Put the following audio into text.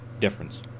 difference